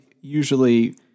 usually